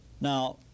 Now